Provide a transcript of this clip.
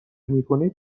میکنید